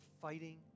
fighting